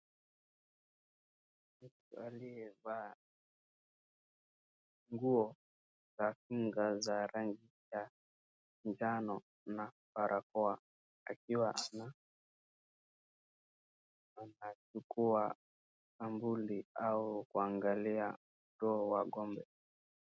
Mtu aliyevaa nguo za kinga za rangi ya njano na barakoa akiwa anachukua sampuli au kuangalia usawa wa ng'ombe.